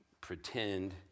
pretend